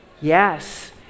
Yes